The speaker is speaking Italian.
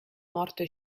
morte